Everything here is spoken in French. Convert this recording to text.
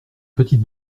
petite